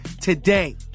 today